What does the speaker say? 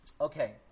Okay